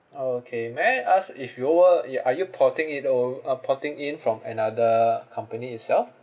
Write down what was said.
orh okay may I ask if you were y~ are you porting it o~ uh porting in from another company itself